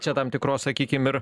čia tam tikros sakykim ir